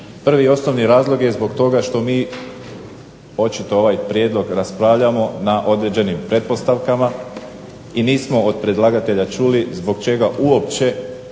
Prvi i osnovni razlog je zbog toga što mi očito ovaj prijedlog raspravljamo na određenim pretpostavkama i nismo od predlagatelja čuli zbog čega uopće